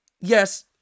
yes